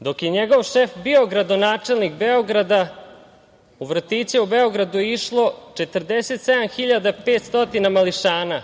Dok je njegov šef bio gradonačelnik Beograda u vrtiće u Beogradu je išlo 47.500 mališana.